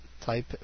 Type